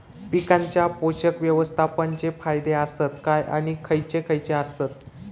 पीकांच्या पोषक व्यवस्थापन चे फायदे आसत काय आणि खैयचे खैयचे आसत?